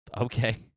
Okay